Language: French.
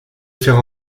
faire